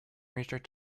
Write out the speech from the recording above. reached